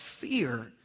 fear